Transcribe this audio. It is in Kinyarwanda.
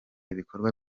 ibikorwa